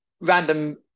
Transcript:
random